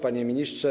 Panie Ministrze!